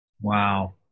Wow